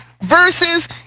versus